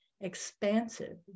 expansive